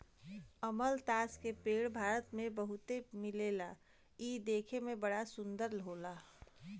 अमलतास के पेड़ भारत में बहुते मिलला इ देखे में बड़ा सुंदर होला